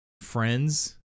Friends